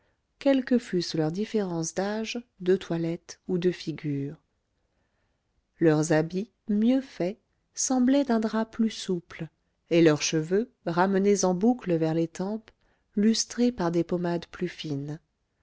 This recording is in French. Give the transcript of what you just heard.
quelles que fussent leurs différences d'âge de toilette ou de figure leurs habits mieux faits semblaient d'un drap plus souple et leurs cheveux ramenés en boucles vers les tempes lustrés par des pommades plus fines